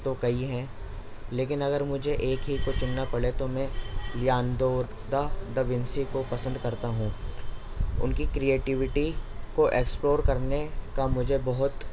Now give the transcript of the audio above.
تو کئی ہیں لیکن اگر مجھے ایک ہی کو چننا پڑے تو میں وینسی کو پسند کرتا ہوں ان کی کریٹیوٹی کو ایکسپلور کرنے کا مجھے بہت